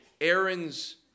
Aaron's